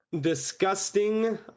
Disgusting